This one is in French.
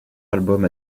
album